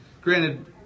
granted